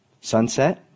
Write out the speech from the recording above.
Sunset